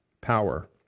power